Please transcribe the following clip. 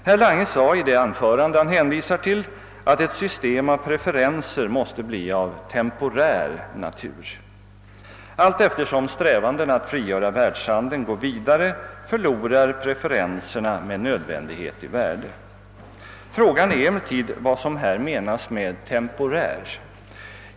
:Herr Lange sade i det anförande, som han hänvisar till, att ett system av preferenser måste bli av temporär natur. Allteftersom strävandena att frigöra världshandeln går: vidare förlorar pre ferenserna med nödvändighet i värde. Frågan är emellertid vad som härvidlag menas med temporär.